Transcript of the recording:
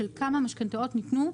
של כמה משכנתאות ניתנו,